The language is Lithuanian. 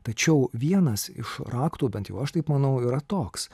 tačiau vienas iš raktų bent jau aš taip manau yra toks